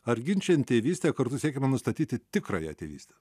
ar ginčijant tėvystę kartu siekiama nustatyti tikrąją tėvystę